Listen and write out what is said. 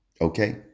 Okay